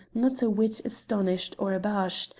not a whit astonished or abashed,